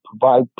provide